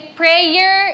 prayer